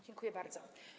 Dziękuję bardzo.